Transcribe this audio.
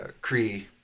Cree